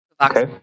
Okay